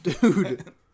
dude